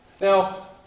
Now